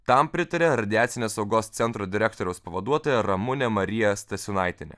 tam pritaria radiacinės saugos centro direktoriaus pavaduotoja ramunė marija stasiūnaitienė